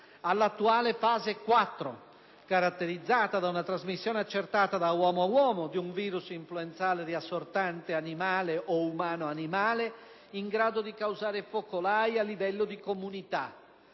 alla attuale fase 4 (caratterizzata da una trasmissione accertata da uomo a uomo di un virusinfluenzale riassortante animale o umano-animale in grado di causare focolai a livello di comunità).